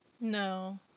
No